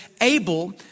able